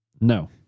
No